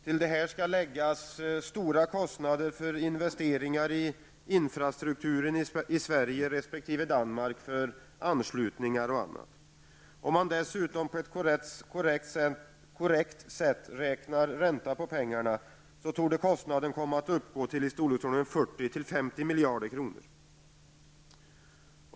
Till detta skall läggas stora kostnader för investeringar i infrastrukturen i Sverige resp. Danmark för anslutningar m.m. Om man dessutom räknar ränta på pengarna torde kostnaden totalt uppgå till 40--50 miljarder kronor.